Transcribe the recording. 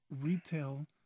retail